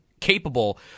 capable